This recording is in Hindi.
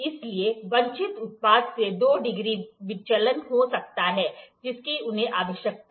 इसलिए वांछित उत्पाद से दो डिग्री विचलन हो सकता है जिसकी उन्हें आवश्यकता है